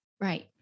Right